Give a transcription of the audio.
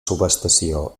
subestació